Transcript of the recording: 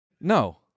No